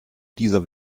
dieser